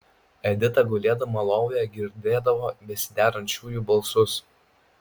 edita gulėdama lovoje girdėdavo besiderančiųjų balsus